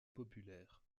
populaire